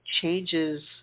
changes